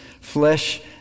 flesh